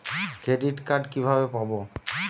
Credit card কিভাবে পাব?